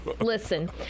listen